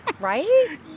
right